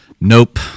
Nope